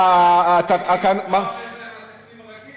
בתקציב הרגיל,